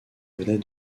venait